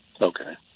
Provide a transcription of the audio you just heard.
Okay